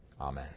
Amen